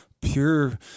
pure